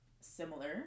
similar